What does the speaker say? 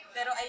Pero